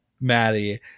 Maddie